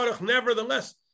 Nevertheless